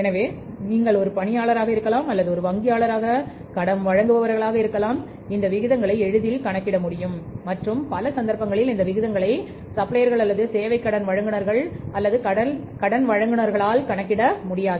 எனவே நீங்கள் ஒரு பணியாளராக இருக்கலாம் அல்லது ஒரு வங்கியாளராக கடன் வழங்குபவராக இருக்கலாம் இந்த விகிதங்களை எளிதில் கணக்கிட முடியும் மற்றும் பல சந்தர்ப்பங்களில் இந்த விகிதங்களை சப்ளையர்கள் அல்லது சேவை கடன் வழங்குநர்கள் அல்லது கடன் வழங்குநர்களால் கணக்கிட முடியாது